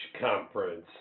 conference